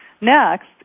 next